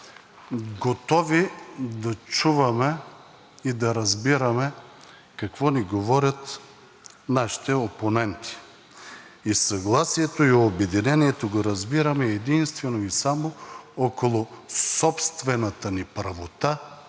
готови да чуваме и да разбираме какво ни говорят нашите опоненти и съгласието и обединението го разбираме единствено и само около собствената ни правота